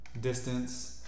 Distance